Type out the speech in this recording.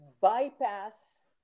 bypass